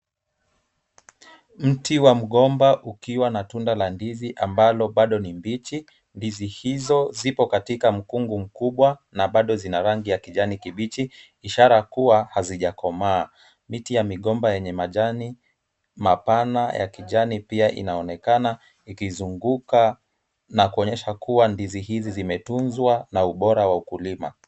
Mti wa mgomba ukiwa na tunda la ndizi ambalo bado ni mbichi. Ndizi hizo ziko katika mkungu mkubwa na bado zina rangi ya kijani kibichi, ishara kuwa hazijakomaa. Miti ya migomba yenye majani mapana ya kijani pia inaonekana ikizunguka na kuonyesha kuwa ndizi hizi zimetunzwa na ubora wa ukulima.